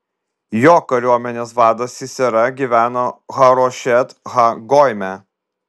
jo kariuomenės vadas sisera gyveno harošet ha goime